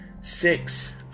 six